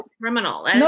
criminal